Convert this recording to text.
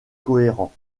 cohérent